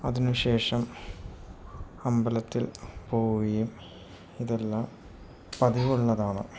അതിനുശേഷം അമ്പലത്തിൽ പോവുകയും ഇതെല്ലാം പതിവുള്ളതാണ്